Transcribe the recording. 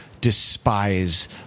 despise